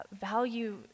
value